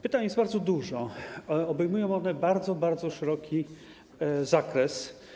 Pytań jest bardzo dużo, obejmują one bardzo szeroki zakres.